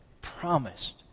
promised